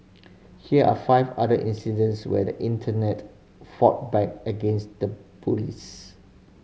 here are five other incidents where the Internet fought back against the bullies